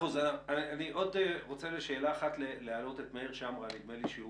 אני רוצה להעלות את מאיר שמרה שנדמה לי שהוא